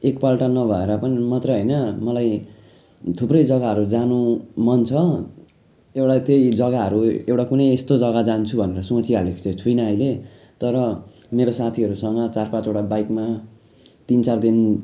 एक पल्ट नभएर पनि मात्रै होइन मलाई थुप्रै जगाहरू जानु मन छ एउटा त्यही जगाहरू एउटा कुनै यस्तो जगा जान्छु भनेर सोचिहालेको चाहिँ छुइनँ अहिले तर मेरो साथीहरूसँग चार पाँचवटा बाइकमा तिन चार दिन